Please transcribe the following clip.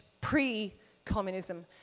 pre-communism